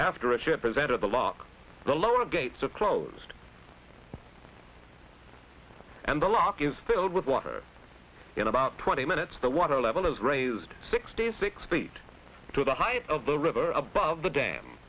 after a ship present at the lock the lower gates are closed and the lock is filled with water in about twenty minutes the water level is raised sixty six feet to the highest of the river above the dam